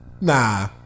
Nah